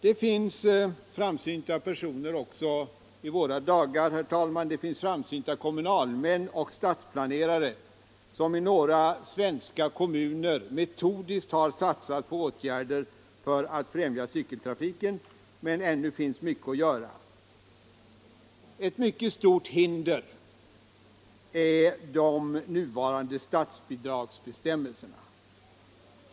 Det finns framsynta personer också i våra dagar, herr talman. Det finns framsynta kommunalmän och stadsplanerare, som i några svenska kommuner metodiskt har satsat på åtgärder för att frimja cykeltrafiken, men ännu återstår mycket att göra. Ett mycket stort hinder är de nu varande statsbidragsbestämmelserna.